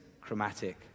chromatic